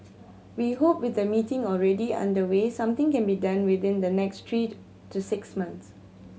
we hope with the meeting already underway something can be done within the next three to six months